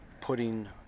putting